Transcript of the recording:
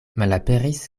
malaperis